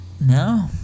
No